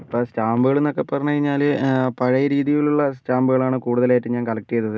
ഇപ്പം സ്റ്റാമ്പുകൾ എന്നൊക്കെ പറഞ്ഞു കഴിഞ്ഞാൽ പഴയ രീതിയിൽ ഉള്ള സ്റ്റാമ്പുകൾ ആണ് കൂടുതലായിട്ടും ഞാൻ കളക്റ്റ് ചെയ്തത്